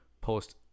post